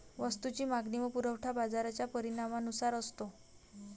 वस्तूची मागणी व पुरवठा बाजाराच्या परिणामानुसार असतो